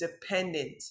dependent